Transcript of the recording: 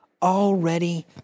Already